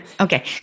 Okay